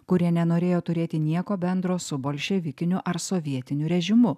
kurie nenorėjo turėti nieko bendro su bolševikiniu ar sovietiniu režimu